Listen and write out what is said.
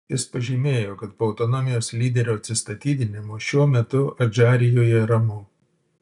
jis pažymėjo kad po autonomijos lyderio atsistatydinimo šiuo metu adžarijoje ramu